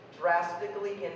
drastically